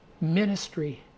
ministry